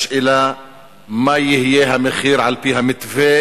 השאלה היא מה יהיה המחיר על-פי המתווה